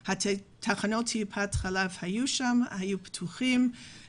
תחנות טיפת החלב היו פתוחות בתקופת הקורונה,